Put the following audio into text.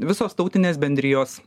visos tautinės bendrijos